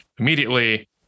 immediately